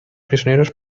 prisioneros